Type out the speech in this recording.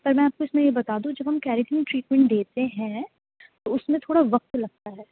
پر میں آپ کو اس میں یہ بتا دوں جب ہم کیریٹن ٹریٹمنٹ دیتے ہیں تو اس میں تھوڑا وقت لگتا ہے